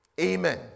Amen